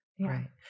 Right